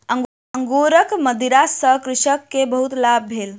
अंगूरक मदिरा सॅ कृषक के बहुत लाभ भेल